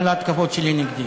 גם להתקפות שלו נגדי.